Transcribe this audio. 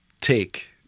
take